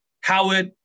Howard